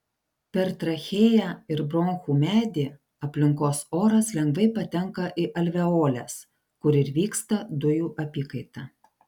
per trachėją ir bronchų medį aplinkos oras lengvai patenka į alveoles kur ir vyksta dujų apykaita